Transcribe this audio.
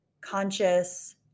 conscious